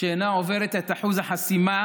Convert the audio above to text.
שאינה עוברת את אחוז החסימה,